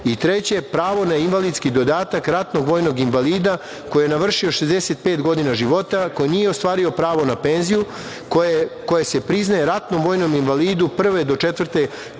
penzije. Treće, pravo na invalidski dodatak ratnog vojnog invalida koji je navršio 65 godina života, koji nije ostvario pravo na penziju koja se priznaje ratnom vojnom invalidu prve do četvrte